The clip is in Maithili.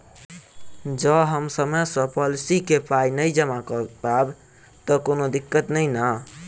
जँ हम समय सअ पोलिसी केँ पाई नै जमा कऽ पायब तऽ की कोनो दिक्कत नै नै?